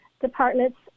departments